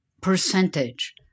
percentage